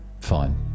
Fine